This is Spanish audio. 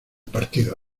partido